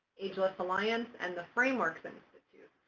ageless alliance, and the frameworks institute.